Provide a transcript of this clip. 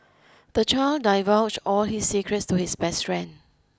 the child divulge all his secrets to his best friend